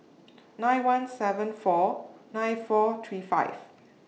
nine one seven four nine four three five